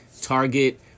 Target